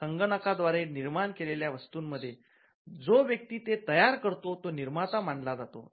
संगणकाद्वारे निर्माण केलेल्या वस्तूं मध्ये जो व्यक्ती ते तयार करतो तो निर्माता मनाला जातो